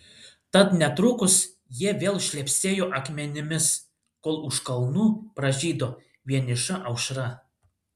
tad netrukus jie vėl šlepsėjo akmenimis kol už kalnų pražydo vieniša aušra